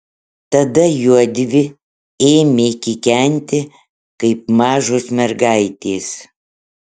tada juodvi ėmė kikenti kaip mažos mergaitės